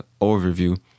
overview